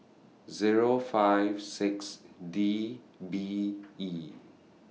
Zero five six D B E